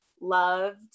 Loved